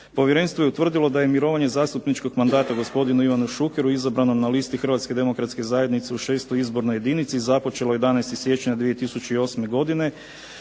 Povjerenstvo je utvrdilo da je mirovanje zastupničkog mandata gospodinu Ivanu Šukeru, izabranom na listi Hrvatske demokratske zajednice u 6. izbornoj jedinici započelo 11. siječnja 2008. godine,